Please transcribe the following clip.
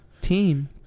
team